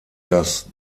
das